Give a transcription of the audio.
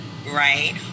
Right